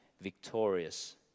victorious